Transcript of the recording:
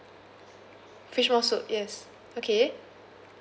fish maw soup yes okay